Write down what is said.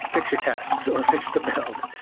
fix your tests, or fixed the build.